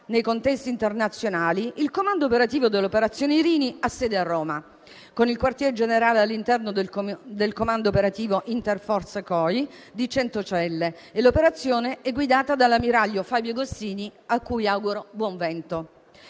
nei contesti internazionali, il comando operativo dell'operazione Irini ha sede a Roma, con il quartier generale all'interno del Comando operativo di vertice interforze (COI) di Centocelle. L'operazione è guidata dall'ammiraglio Fabio Agostini, a cui auguro buon vento.